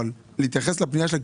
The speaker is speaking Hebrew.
להתייחס לפנייה שלה,